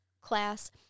class